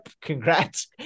congrats